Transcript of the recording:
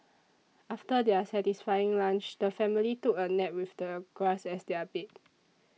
after their satisfying lunch the family took a nap with the grass as their bed